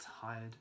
tired